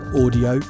audio